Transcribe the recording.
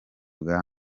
bwa